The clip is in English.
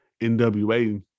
NWA